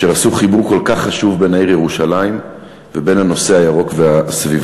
אשר עשו חיבור כל כך חשוב בין העיר ירושלים ובין הנושא הירוק והסביבתי.